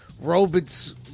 robots